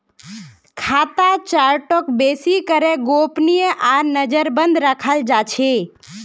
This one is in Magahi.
खाता चार्टक बेसि करे गोपनीय आर नजरबन्द रखाल जा छे